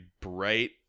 bright